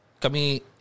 kami